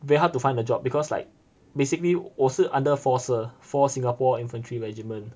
very hard to find a job because like basically 我是 under four S_I_R four singapore infantry regiment